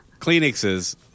kleenexes